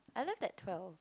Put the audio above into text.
I left at twelve